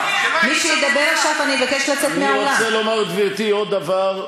אני רוצה לומר עוד דבר,